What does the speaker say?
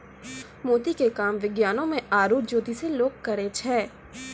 मोती के काम विज्ञानोॅ में आरो जोतिसें लोग करै छै